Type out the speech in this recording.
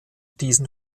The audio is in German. diesen